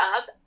up